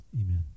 amen